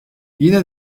yine